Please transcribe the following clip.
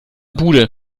bude